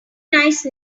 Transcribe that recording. nice